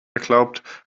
glaubt